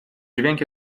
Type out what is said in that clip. dźwięk